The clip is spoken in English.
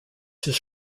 his